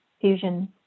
fusion